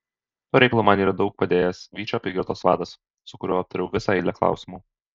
tuo reikalu man yra daug padėjęs vyčio apygardos vadas su kuriuo aptariau visą eilę klausimų